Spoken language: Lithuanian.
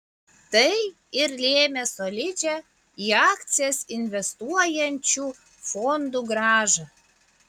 tai ir lėmė solidžią į akcijas investuojančių fondų grąžą